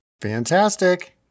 fantastic